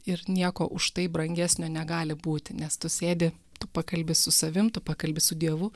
ir nieko už tai brangesnio negali būti nes tu sėdi tu pakalbi su savim tu pakalbi su dievu